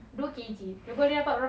mm